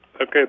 Okay